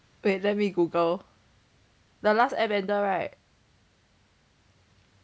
wait let me google the last airbender right